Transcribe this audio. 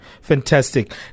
Fantastic